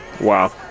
Wow